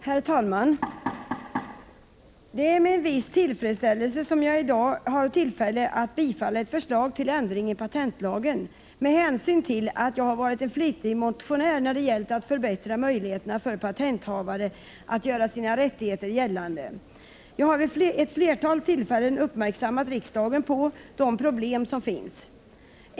Herr talman! Det är med en viss tillfredsställelse som jag i dag har tillfälle att rösta för bifall till ett förslag till ändring i patentlagen, med hänsyn till att jag varit en flitig motionär när det gällt att förbättra möjligheterna för patenthavare att göra sina rättigheter gällande. Jag har vid flera tillfällen uppmärksammat riksdagen på de problem som finns.